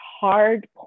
hard